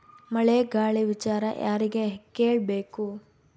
ಮಳೆ ಗಾಳಿ ವಿಚಾರ ಯಾರಿಗೆ ಕೇಳ್ ಬೇಕು?